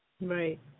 Right